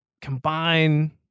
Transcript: combine